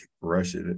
Russia